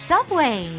Subway